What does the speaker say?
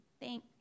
Thank